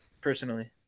personally